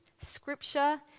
scripture